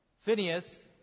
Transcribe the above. Phineas